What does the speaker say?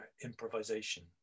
improvisation